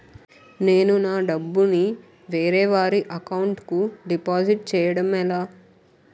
నేను నా డబ్బు ని వేరే వారి అకౌంట్ కు డిపాజిట్చే యడం ఎలా?